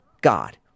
God